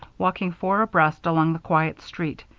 walking four abreast along the quiet street,